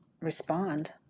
respond